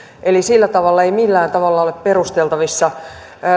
eli sillä tavalla ei millään tavalla ole perusteltavissa